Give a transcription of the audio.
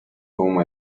home